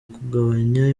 kugabanya